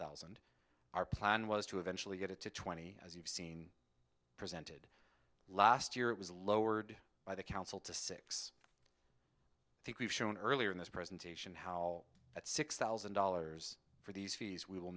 thousand our plan was to eventually get it to twenty as you've seen presented last year it was lowered by the council to six think we've shown earlier in this presentation how at six thousand dollars for these fees we will